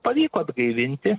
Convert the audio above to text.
pavyko atgaivinti